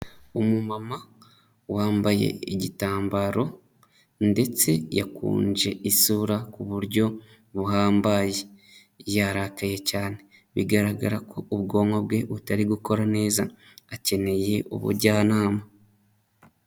Umumama wambaye igitambaro ndetse yakunje isura ku buryo buhambaye, yarakaye cyane, bigaragara ko ubwonko bwe butari gukora neza, akeneye ubujyanama.